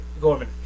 Gorman